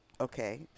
Okay